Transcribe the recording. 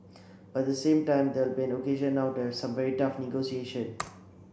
but the same time there be an occasion now to have some very tough negotiation